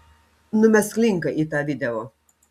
numesk linką į tą video